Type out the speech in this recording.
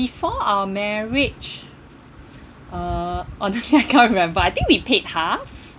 before our marriage uh honestly I can't remember I think we paid half